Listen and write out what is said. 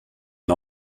and